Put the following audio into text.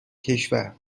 کشور